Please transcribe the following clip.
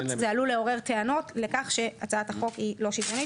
זה עלול לעורר טענות לכך שהצעת החוק היא לא שוויונית